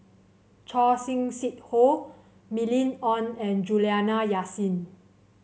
Choor Singh Sidhu Mylene Ong and Juliana Yasin